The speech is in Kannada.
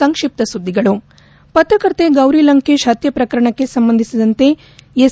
ಸಂಕ್ಷಿಪ್ತ ಸುದ್ದಿಗಳು ಪತ್ರಕರ್ತೆ ಗೌರಿಲಂಕೇಶ್ ಪತ್ತೆ ಪ್ರಕರಣಕ್ಕೆ ಸಂಬಂಧಿಸಿದಂತೆ ಎಸ್